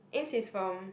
Ames is from